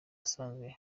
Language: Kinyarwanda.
asanzwe